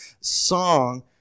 song